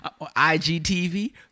IGTV